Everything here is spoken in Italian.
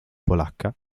polacca